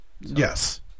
Yes